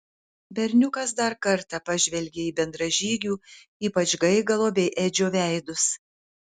berniukas dar kartą pažvelgė į bendražygių ypač gaigalo bei edžio veidus